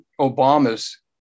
Obama's